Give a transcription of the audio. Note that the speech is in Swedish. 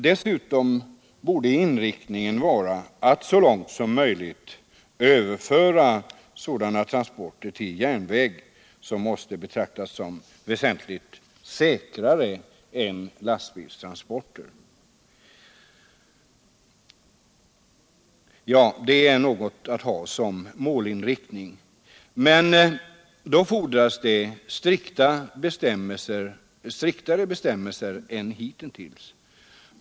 Dessutom borde inriktningen vara att så långt det är möjligt överföra sådana transporter till järnväg, vilket måste betraktas som väsentligt säkrare än lastbilstransporter. Det är något att ha som målinriktning. Men då fordras det striktare bestämmelser än hittills.